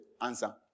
answer